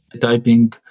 typing